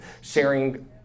sharing